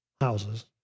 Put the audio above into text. houses